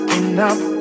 enough